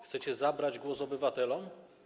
Chcecie zabrać głos obywatelom?